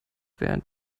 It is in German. während